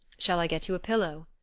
shall i get you a pillow?